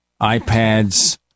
iPads